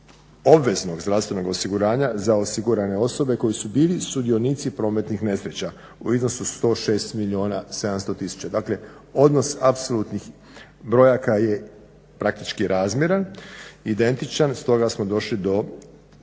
obveznog zdravstvenog osiguranja za osigurane osobe koji su bili sudionici prometnih nesreća u iznosu 106 milijuna 700 tisuća. Dakle odnos apsolutnih brojaka je praktički razmjeran, identičan stoga smo došli do